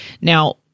Now